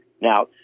Now